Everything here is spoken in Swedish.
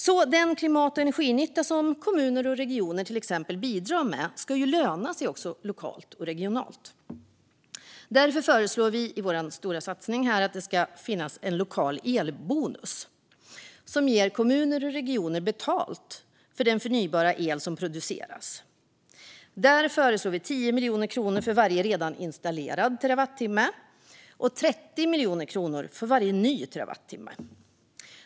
Den klimat och energinytta som till exempel kommuner och regioner bidrar med ska ju löna sig även lokalt och regionalt. Därför föreslår vi i vår stora satsning att det ska finnas en lokal elbonus som ger kommuner och regioner betalt för den förnybara el som produceras. Där föreslår vi 10 miljoner kronor för varje redan installerad terawattimme och 30 miljoner kronor för varje ny terawattimme.